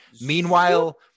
Meanwhile